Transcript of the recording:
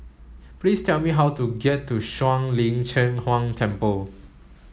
please tell me how to get to Shuang Lin Cheng Huang Temple